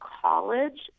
college